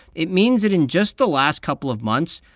it means that in just the last couple of months,